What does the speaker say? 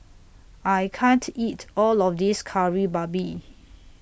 I can't eat All of This Kari Babi